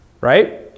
Right